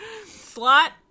Slot